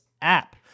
app